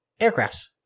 aircrafts